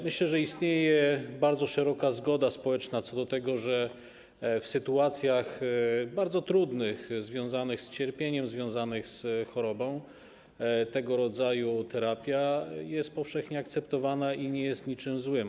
Myślę, że istnieje bardzo szeroka zgoda społeczna co do tego, że w sytuacjach bardzo trudnych, związanych z cierpieniem, związanych z chorobą, tego rodzaju terapia jest powszechnie akceptowana i nie jest niczym złym.